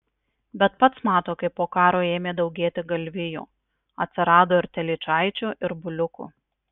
bet pats mato kaip po karo ėmė daugėti galvijų atsirado ir telyčaičių ir buliukų